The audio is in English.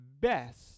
best